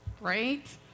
right